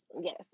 yes